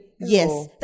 Yes